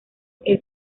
casi